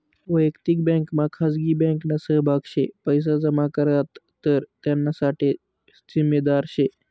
वयक्तिक बँकमा खाजगी बँकना सहभाग शे पैसा जमा करात तर त्याना साठे जिम्मेदार शे